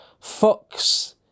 Fox